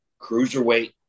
cruiserweight